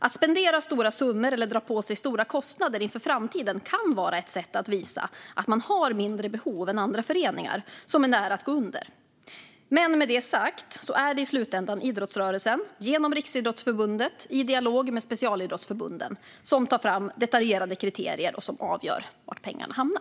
Att spendera stora summor eller dra på sig stora kostnader inför framtiden kan vara ett sätt att visa att man har mindre behov än andra föreningar som är nära att gå under. Med det sagt är det dock i slutänden idrottsrörelsen som genom Riksidrottsförbundet och i dialog med specialidrottsförbunden tar fram detaljerade kriterier och avgör var pengarna hamnar.